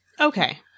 Okay